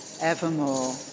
evermore